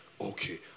Okay